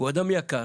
הוא אדם יקר